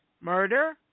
Murder